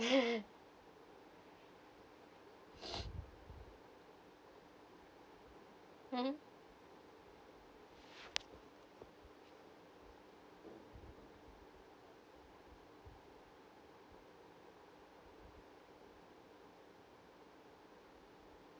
hmm